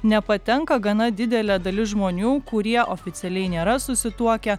nepatenka gana didelė dalis žmonių kurie oficialiai nėra susituokę